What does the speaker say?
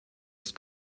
ist